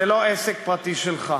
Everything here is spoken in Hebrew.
זה לא עסק פרטי שלך,